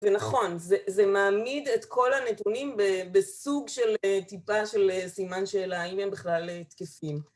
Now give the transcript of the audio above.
זה נכון, זה מעמיד את כל הנתונים בסוג של טיפה של סימן שאלה האם הם בכלל תקפים